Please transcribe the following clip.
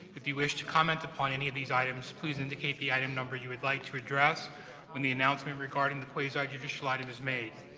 if you wish to comment upon any of these items, please indicate the item number you would like to address when the announcement regarding the quasi-judicial item is made.